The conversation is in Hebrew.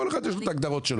כל אחד יש לו את ההגדרות שלו.